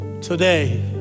today